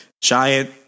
giant